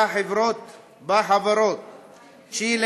שחברות בה צ'ילה,